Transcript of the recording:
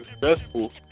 successful